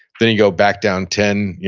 then he'd go back down ten, yeah